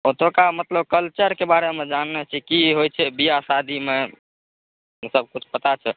ओतुका मतलब कल्चरके बारे मे जाननाइ छै की होइ छै विवाह शादी मे ओ सबकिछु पता